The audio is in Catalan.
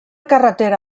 carretera